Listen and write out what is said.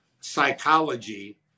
psychology